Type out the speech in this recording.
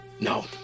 No